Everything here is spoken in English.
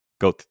go